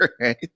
right